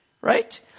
right